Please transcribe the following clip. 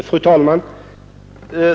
Fru talman!